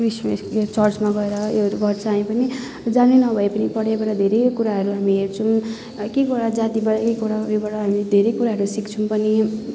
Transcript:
Christmas यो चर्चमा गएर उयोहरू गर्छ हामी पनि जानै नभए पनि परैबाट धेरै कुराहरू हामी हेर्छौँ एक एकवटा जातिबाट एक एकवटा उयोबाट हामी धेरै कुराहरू सिक्छौँ पनि